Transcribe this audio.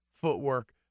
footwork